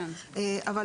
כן, האחות המוסמכת.